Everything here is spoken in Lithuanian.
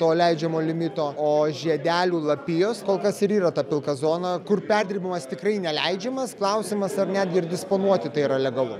to leidžiamo limito o žiedelių lapijos kol kas ir yra ta pilka zona kur perdirbamas tikrai neleidžiamas klausimas ar netgi ir disponuoti tai yra legalu